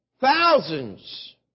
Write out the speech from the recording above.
Thousands